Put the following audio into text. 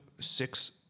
six